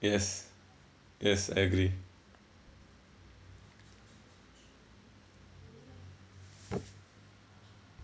yes yes I agree